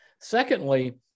Secondly